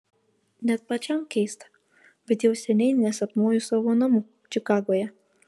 net pačiam keista bet jau seniai nesapnuoju savo namų čikagoje